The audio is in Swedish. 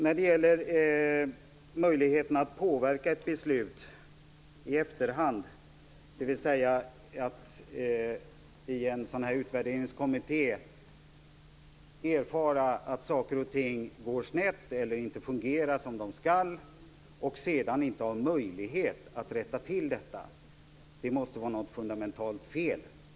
När det gäller möjligheten att påverka ett beslut i efterhand, dvs. att i en utvärderingskommitté erfara att saker och ting går snett eller inte fungerar som de skall och sedan inte ha möjlighet att rätta till detta, vill jag säga att det måste vara fundamentalt fel.